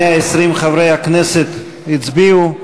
120 חברי הכנסת הצביעו,